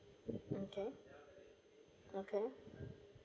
okay okay